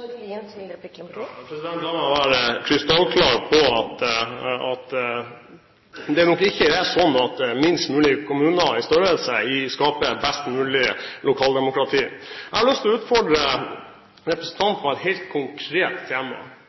La meg være krystallklar på at det ikke er sånn at kommuner av minst mulig størrelse skaper best mulig lokaldemokrati.